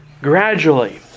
gradually